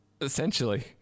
essentially